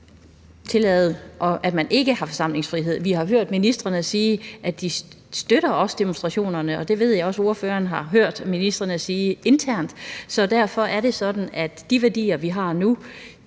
tillade, at man ikke har forsamlingsfrihed dér. Vi har hørt ministrene sige, at de også støtter demonstrationerne. Det ved jeg også ordføreren har hørt ministrene sige internt. Så derfor er det sådan, at vi også vil bære